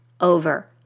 over